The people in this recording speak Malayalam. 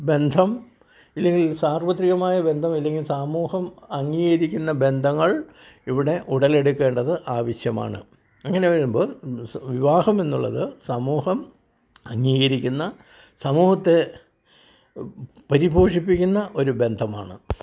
ബന്ധം ഇല്ലെങ്കിൽ സാർവത്രികമായ ബന്ധം ഇല്ലെങ്കിൽ സമൂഹം അംഗികരിക്കുന്ന ബന്ധങ്ങൾ ഇവിടെ ഉടലെടുക്കേണ്ടത് ആവിശ്യമാണ് അങ്ങനെ വരുമ്പോൾ വിവാഹം എന്നുള്ളത് സമൂഹം അംഗീകരിക്കുന്ന സമൂഹത്തെ പരിപോഷിപ്പിക്കുന്ന ഒരു ബന്ധമാണ്